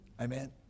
Amen